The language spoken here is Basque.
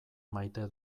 maite